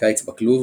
קיץ בכלוב